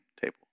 table